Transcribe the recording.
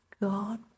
God